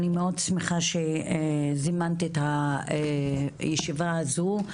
אני מאוד שמחה שזימנת את הישיבה הזו,